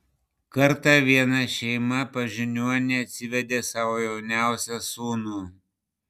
kartą viena šeima pas žiniuonį atsivedė savo jauniausią sūnų